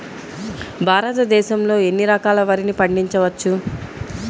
భారతదేశంలో ఎన్ని రకాల వరిని పండించవచ్చు